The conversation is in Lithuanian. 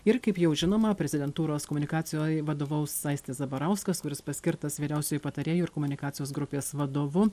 ir kaip jau žinoma prezidentūros komunikaciai vadovaus aistis zabarauskas kuris paskirtas vyriausiuoju patarėju ir komunikacijos grupės vadovu